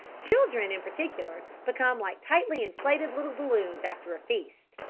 children, in particular, become like tightly inflated little balloons after a feast,